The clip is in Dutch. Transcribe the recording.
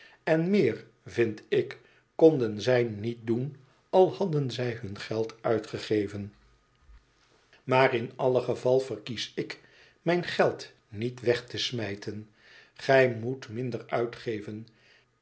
en meer vind ik konden zij niet doen al hadden zij hun geld uitgegeven maar in alle geval verkies ik mijn geld niet weg te smijten gij moet minder uitgeven